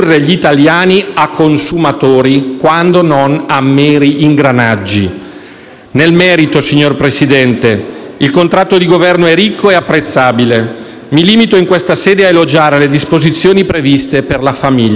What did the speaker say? Nel merito, signor Presidente, il contratto di governo è ricco e apprezzabile. Mi limito in questa sede a elogiare le disposizioni previste per la famiglia.